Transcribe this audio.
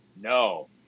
no